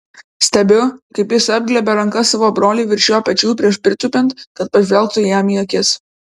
stebiu kaip jis apglėbia ranka savo brolį virš jo pečių prieš pritūpiant kad pažvelgtų jam į akis